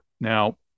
Now